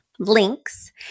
links